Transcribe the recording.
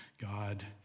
God